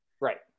Right